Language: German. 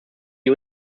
die